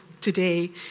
today